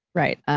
right,